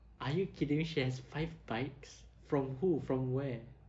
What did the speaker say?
are you kidding me she has five bikes from who from where